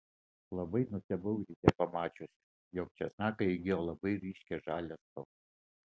labai nustebau ryte pamačiusi jog česnakai įgijo labai ryškią žalią spalvą